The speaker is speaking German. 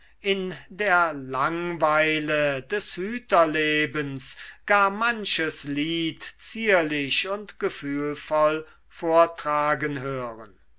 in der langweile des hüterlebens gar manches lied zierlich und gefühlvoll vortragen hören